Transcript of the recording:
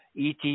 ET